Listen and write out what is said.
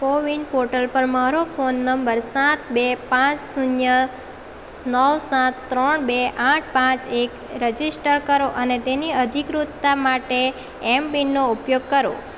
CoWIN portal પર મારો phone નંબર સાત બે પાંચ શૂન્ય નવ સાત ત્રણ બે આઠ પાંચ એક રજિસ્ટર કરો અને તેની અધિકૃતતા માટે એમપિનનો ઉપયોગ કરો